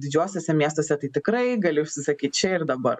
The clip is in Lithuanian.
didžiuosiuose miestuose tai tikrai gali užsisakyt čia ir dabar